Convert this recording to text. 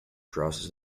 crosses